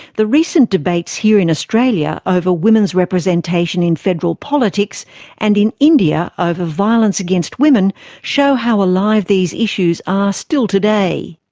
the recent debates here in australia over women's representation in federal politics and in india ah over violence against women show how alive these issues are still today.